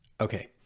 Okay